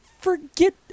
forget